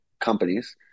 companies